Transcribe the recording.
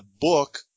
book